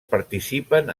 participen